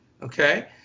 Okay